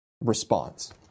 response